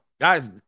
Guys